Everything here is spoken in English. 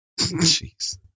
Jeez